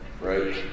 right